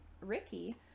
Ricky